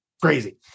crazy